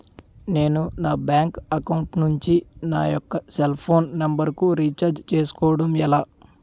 నేను నా bank account నుంచి నా యెక్క సెల్ ఫోన్ నంబర్ కు రీఛార్జ్ చేసుకోవడం ఎలా?